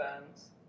Burns